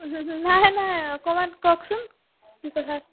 নাই নাই অকণমান কওকচোন কি কথা আছিল